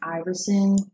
Iverson